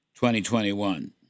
2021